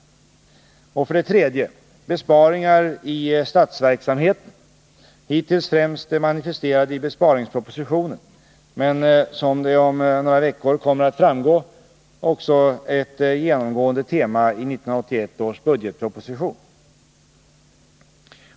Det är för det tredje besparingar i statsverksamheten — hittills främst manifesterade i besparingspropositionen men som, vilket kommer att framgå om några veckor, också är ett genomgående tema i 1981 års budgetproposition.